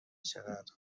چقدر